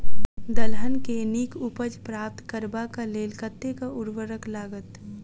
दलहन केँ नीक उपज प्राप्त करबाक लेल कतेक उर्वरक लागत?